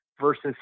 versus